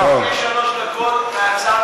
אדוני, גם אני מבקש שלוש דקות מהצד.